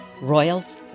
Royals